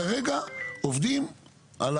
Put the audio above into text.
עד